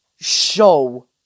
show